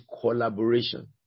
collaboration